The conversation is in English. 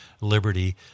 liberty